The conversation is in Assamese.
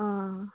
অঁ